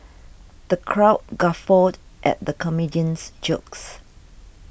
the crowd guffawed at the comedian's jokes